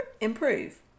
improve